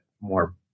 more